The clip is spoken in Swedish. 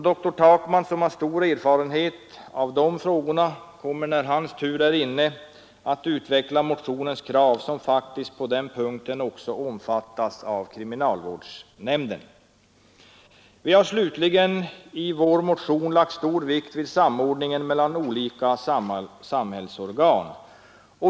Doktor Takman, som har stor erfarenhet av dessa frågor, kommer när hans tur är inne att utveckla motionens krav, som faktiskt på den punkten också omfattas av kriminalvårdsnämnden. Vi har slutligen i vår motion lagt stor vikt vid samordningen mellan olika samhällsorgan.